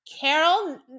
Carol